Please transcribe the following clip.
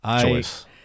choice